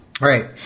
Right